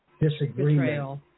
disagreement